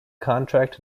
contract